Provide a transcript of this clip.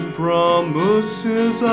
promises